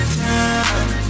time